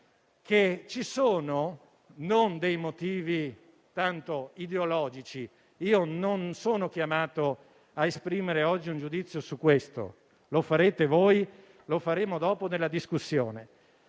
ci sono dei motivi ideologici. Io non sono chiamato a esprimere oggi un giudizio su questo; lo farete voi, lo faremo dopo nella discussione.